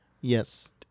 Yes